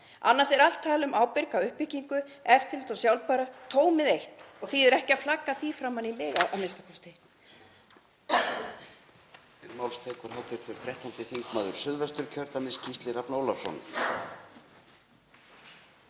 Annars er allt tal um ábyrga uppbyggingu, eftirlit og sjálfbærni tómið eitt og þýðir ekki að flagga því framan í mig a.m.k.